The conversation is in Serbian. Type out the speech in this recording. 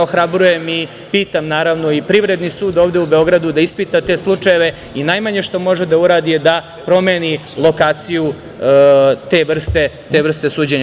Ohrabrujem i pitam naravno i Privredni sud ovde u Beogradu da ispita te slučajeve i najmanje što može da uradi da promeni lokaciju te vrste suđenja.